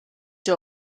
dub